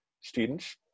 students